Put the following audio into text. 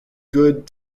good